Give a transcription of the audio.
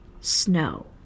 snow